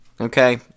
Okay